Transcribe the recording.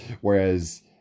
whereas